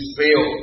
fail